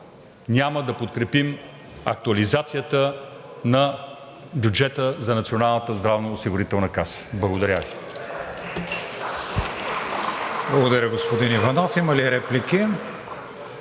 няма да подкрепим актуализацията на бюджета за Националната здравноосигурителна каса. Благодаря Ви.